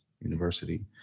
university